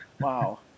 Wow